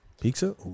Pizza